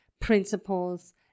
principles